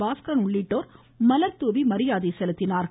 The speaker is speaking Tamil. பாஸ்கரன் உள்ளிட்டோர் மலர் தூவி மரியாதை செலுத்தினர்